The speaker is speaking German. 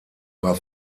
war